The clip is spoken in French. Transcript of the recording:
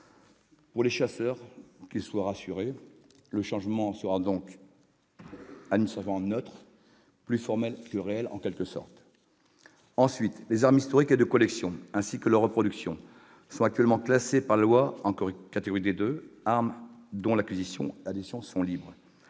2016. Les chasseurs peuvent être rassurés : le changement sera administrativement neutre, plus formel que réel en quelque sorte. Quant aux armes historiques et de collection, ainsi que leurs reproductions, elles sont actuellement classées par la loi en catégorie D2, armes dont l'acquisition et la détention sont libres.